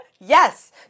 Yes